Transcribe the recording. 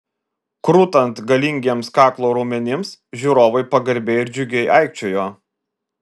krutant galingiems kaklo raumenims žiūrovai pagarbiai ir džiugiai aikčiojo